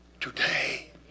today